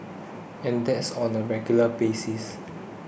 and that's on a regular basis